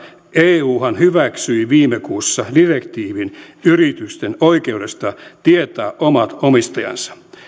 euhan hyväksyi viime kuussa direktiivin yritysten oikeudesta tietää omat omistajansa